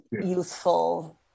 youthful